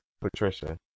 Patricia